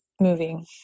moving